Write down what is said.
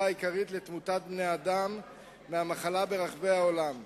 העיקרית לתמותת בני-אדם מהמחלה ברחבי העולם.